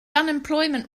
unemployment